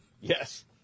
Yes